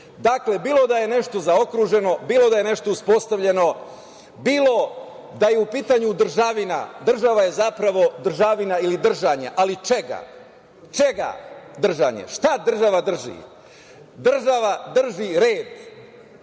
Dakle, bilo da je nešto zaokruženo, bilo da je nešto uspostavljeno, bilo da je u pitanju državina, država je zapravo državina ili držanje, ali čega? Čega držanje? Šta država drži? Država drži red.